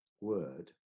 word